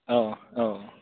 औ औ